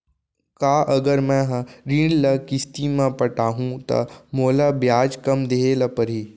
का अगर मैं हा ऋण ल किस्ती म पटाहूँ त मोला ब्याज कम देहे ल परही?